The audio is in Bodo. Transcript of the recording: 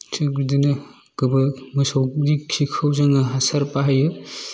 थिक बिदिनो गोबो मोसौनि खिखौ जोङो हासार बाहायो